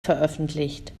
veröffentlicht